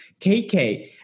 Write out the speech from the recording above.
KK